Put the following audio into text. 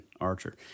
Archer